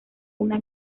una